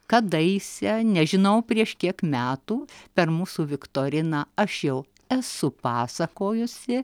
kadaise nežinau prieš kiek metų per mūsų viktoriną aš jau esu pasakojusi